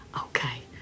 Okay